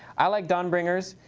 i like dawn bringers.